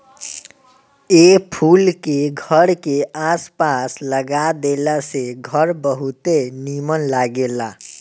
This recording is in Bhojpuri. ए फूल के घर के आस पास लगा देला से घर बहुते निमन लागेला